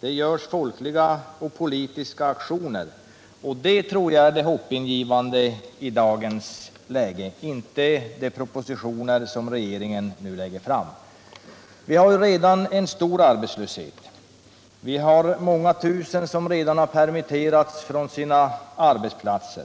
De gör folkliga och politiska aktioner, och det tror jag är det hoppingivande i dagens läge, inte de propositioner som regeringen nu lägger fram. Vi har redan en stor arbetslöshet. Många tusen har redan permitterats från sina arbetsplatser.